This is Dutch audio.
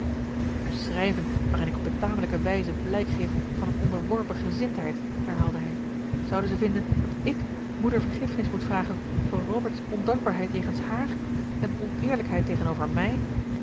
een schrijven waarin ik op betamelijke wijze blijk geef van een onderwerpen gezindheid herhaalde hij zouden ze vinden dat ik moeder vergiffenis moet vragen voor robert's ondankbaarheid jegens hààr en oneerlijkheid tegenover mij